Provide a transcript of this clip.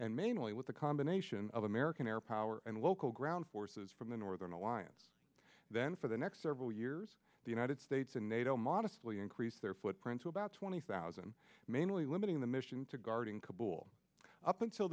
and mainly with the combination of american air power and local ground forces from the northern alliance then for the next several years the united states and nato modestly increase their footprint to about twenty thousand mainly limiting the mission to guarding kabul up until